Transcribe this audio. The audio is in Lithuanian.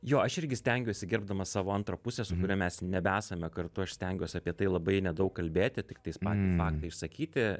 jo aš irgi stengiuosi gerbdamas savo antrą pusę su kuria mes nebesame kartu aš stengiuosi apie tai labai nedaug kalbėti tiktais patį faktą išsakyti